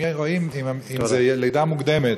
אם זו לידה מוקדמת,